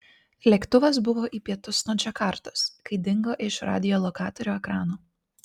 lėktuvas buvo į pietus nuo džakartos kai dingo iš radiolokatorių ekranų